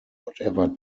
whatever